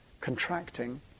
contracting